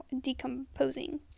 decomposing